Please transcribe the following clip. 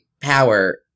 power